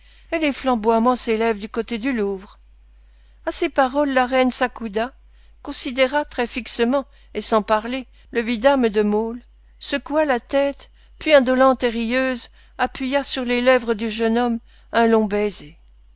et les flamboiements s'élèvent du côté du louvre à ces paroles la reine s'accouda considéra très fixement et sans parler le vidame de maulle secoua la tête puis indolente et rieuse appuya sur les lèvres du jeune homme un long baiser